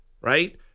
right